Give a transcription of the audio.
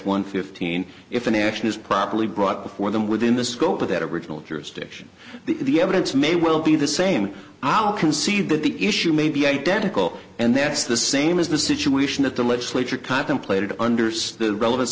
one fifteen if an action is properly brought before them within the scope of that original jurisdiction the evidence may well be the same i'll concede that the issue may be identical and that's the same as the situation that the legislature contemplated understood relevan